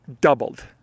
doubled